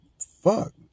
fuck